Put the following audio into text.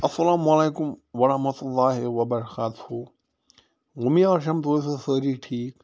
اَلسَلام علیکُم وَرحمتُہ اللہِ وَبَرَکاتُہ اُمید چھیٚم تُہۍ ٲسِو سٲری ٹھیٖک